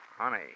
Honey